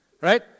Right